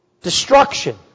destruction